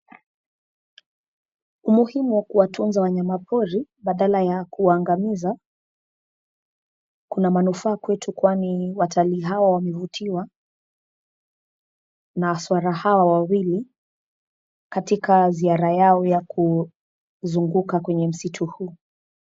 Umuhimu wa kuwatunza wanyama pori badala ya kuwangamiza, kuna manufaa kwetu kwani watalii hawa wamevutiwa na swara hawa wawili katika ziara yao ya kuzunguka kwenye msitu huu.